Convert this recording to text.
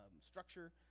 structure